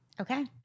Okay